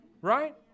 right